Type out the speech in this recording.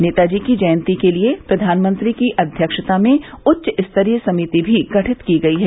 नेताजी की जयंती के लिए प्रधानमंत्री की अध्यक्षता में उच्चस्तरीय समिति भी गठित की गई है